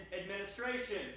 administration